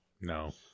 no